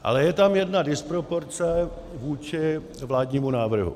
Ale je tam jedna disproporce vůči vládnímu návrhu.